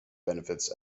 benefits